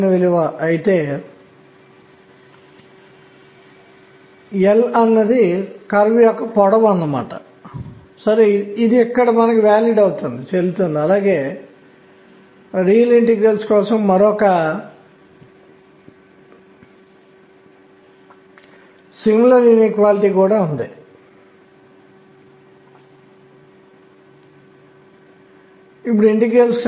కోణీయ ద్రవ్యవేగం అనేది mR2కి సమానం మరియు అందువల్ల మ్యాగ్నెటిక్ మొమెంటం అయస్కాంత భ్రామకం అనేది ఇక్కడ కణం యొక్క ద్రవ్యరాశి mగా ఉంది ఇది le2m కు సమానం